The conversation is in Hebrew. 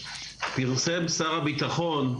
פרסם שר הביטחון,